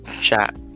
chat